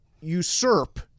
usurp